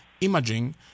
imaging